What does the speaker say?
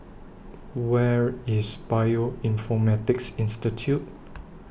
Where IS Bioinformatics Institute